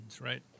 right